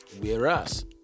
Whereas